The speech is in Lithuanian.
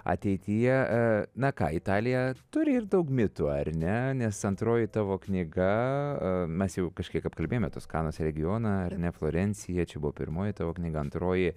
ateityje na ką italija turi ir daug mitų ar ne nes antroji tavo knyga mes jau kažkiek apkalbėjome toskanos regioną ar ne florenciją čia buvo pirmoji tavo knyga antroji